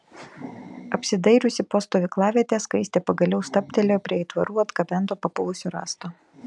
apsidairiusi po stovyklavietę skaistė pagaliau stabtelėjo prie aitvarų atgabento papuvusio rąsto